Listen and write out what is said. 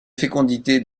fécondité